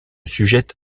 sujette